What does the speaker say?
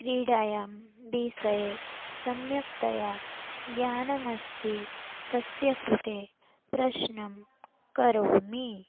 क्रीडायां विषये सम्यक्तया ज्ञानमस्ति तस्य कृते प्रश्नं करोमि